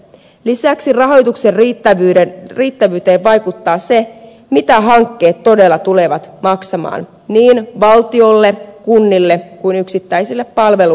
lisäksi rahoituksen riittävyyteen vaikuttaa se mitä hankkeet todella tulevat maksamaan niin valtiolle kunnille kuin yksittäisillä palvelu